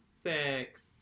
six